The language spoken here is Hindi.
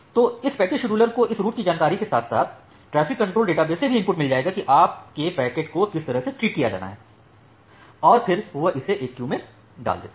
तो इस पैकेट शेड्यूलर को इस रूट की जानकारी के साथ साथ ट्रैफिक कंट्रोल डेटाबेस से भी इनपुट मिल जाएगा कि आपके पैकेट को किस तरह से ट्रीट किया जाना है और फिर वह इसे एक क्यू में डाल देता है